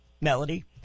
Melody